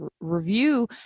review